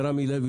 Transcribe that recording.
רמי לוי,